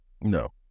no